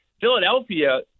Philadelphia